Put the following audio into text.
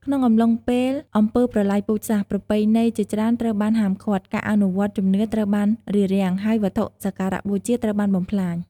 ក្នុងអំឡុងពេលអំពើប្រល័យពូជសាសន៍ ប្រពៃណីជាច្រើនត្រូវបានហាមឃាត់ ការអនុវត្តន៍ជំនឿត្រូវបានរារាំង ហើយវត្ថុសក្ការៈបូជាត្រូវបានបំផ្លាញ។